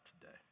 today